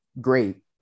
great